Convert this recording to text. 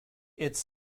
its